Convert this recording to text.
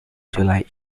july